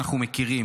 אנחנו מכירים.